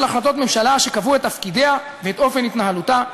החלטות ממשלה שקבעו את תפקידיה ואת אופן התנהלותה,